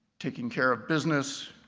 takin' care of business,